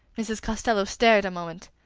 mrs. costello stared a moment.